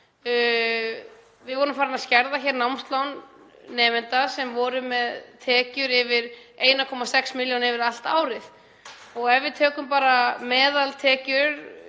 Við vorum farin að skerða námslán nemenda sem voru með tekjur yfir 1,6 millj. kr. yfir allt árið. Ef við tökum bara meðaltekjur